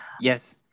Yes